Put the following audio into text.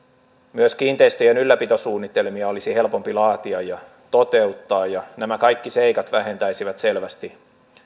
myös kiinteistöjen ylläpitosuunnitelmia olisi helpompi laatia ja toteuttaa ja nämä kaikki seikat vähentäisivät selvästi